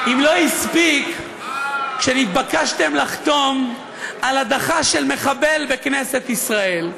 אם לא הספיק כשנתבקשתם לחתום על הדחה של מחבל בכנסת ישראל,